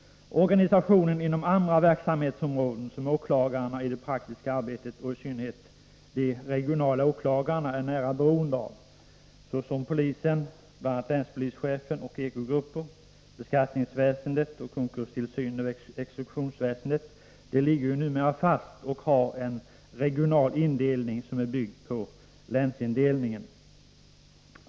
Organisationen inom andra verksamhetsområden — som åklagarna i det praktiska arbetet och i synnerhet de regionala åklagarna är nära beroende av —- såsom polisen, bl.a. länspolischefen och Eko-grupper, beskattningsväsendet och konkurstillsynen inom exekutionsväsendet, ligger numera fast och har en regional indelning som är byggd på länsindelningen.